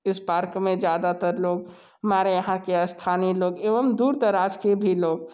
इस पार्क में ज़्यादातर लोग हमारे यहाँ के स्थानीय लोग एवं दूर दराज के भी लोग